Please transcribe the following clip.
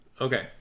okay